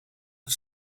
een